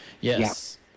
Yes